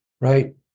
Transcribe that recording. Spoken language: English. Right